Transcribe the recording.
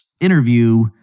interview